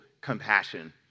compassion